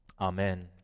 Amen